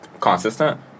consistent